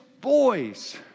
boys